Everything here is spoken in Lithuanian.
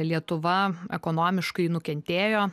lietuva ekonomiškai nukentėjo